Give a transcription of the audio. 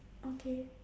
okay